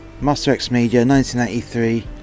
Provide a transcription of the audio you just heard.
masterxmedia1983